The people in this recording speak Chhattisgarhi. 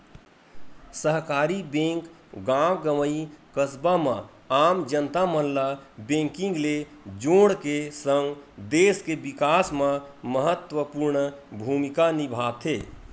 सहकारी बेंक गॉव गंवई, कस्बा म आम जनता मन ल बेंकिग ले जोड़ के सगं, देस के बिकास म महत्वपूर्न भूमिका निभाथे